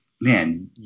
man